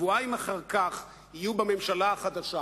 שבועיים אחר כך יהיו בממשלה החדשה,